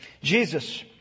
Jesus